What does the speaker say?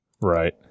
Right